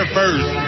first